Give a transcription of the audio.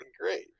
great